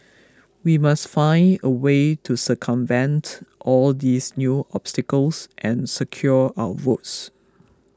we must find a way to circumvent all these new obstacles and secure our votes